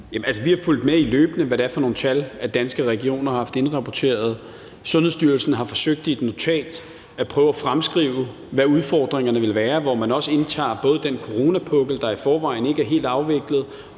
løbende fulgt med i, hvad det er for nogle tal, Danske Regioner har haft indrapporteret. Sundhedsstyrelsen har forsøgt i et notat at prøve at fremskrive, hvad udfordringerne vil være, og hvor man også medtager både den coronapukkel, der i forvejen ikke er helt afviklet,